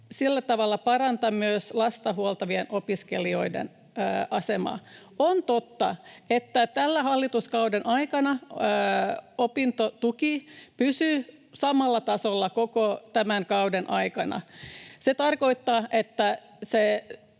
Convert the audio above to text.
sillä tavalla parantaa myös lasta huoltavien opiskelijoiden asemaa. On totta, että tämän hallituskauden aikana opintotuki pysyy samalla tasolla koko tämän kauden ajan. Se tarkoittaa, että